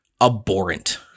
abhorrent